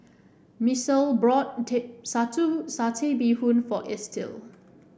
Misael brought Satay Bee Hoon for Estill